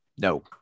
No